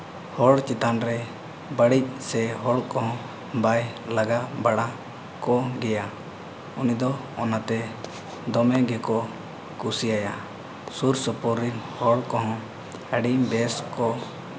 ᱦᱚᱲ ᱪᱮᱛᱟᱱ ᱨᱮ ᱵᱟᱹᱲᱤᱡ ᱥᱮ ᱦᱚᱲ ᱠᱚᱦᱚᱸ ᱵᱟᱭ ᱞᱟᱜᱟ ᱵᱟᱲᱟ ᱠᱚᱜᱮᱭᱟ ᱩᱱᱤ ᱫᱚ ᱚᱱᱟᱛᱮ ᱫᱚᱢᱮ ᱜᱮᱠᱚ ᱠᱩᱥᱤᱣᱟᱭᱟ ᱥᱩᱨᱼᱥᱩᱯᱩᱨ ᱨᱤᱱ ᱦᱚᱲ ᱠᱚᱦᱚᱸ ᱟᱹᱰᱤ ᱵᱮᱥ ᱠᱚ